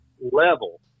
level